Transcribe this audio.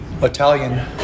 Italian